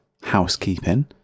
housekeeping